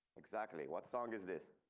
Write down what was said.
exactly what song is this.